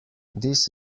this